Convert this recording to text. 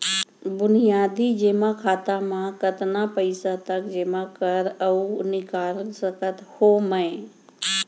बुनियादी जेमा खाता म कतना पइसा तक जेमा कर अऊ निकाल सकत हो मैं?